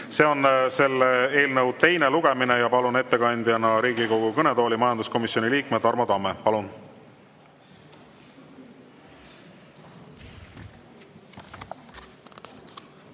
See on selle eelnõu teine lugemine. Palun ettekandeks Riigikogu kõnetooli majanduskomisjoni liikme Tarmo Tamme. Palun!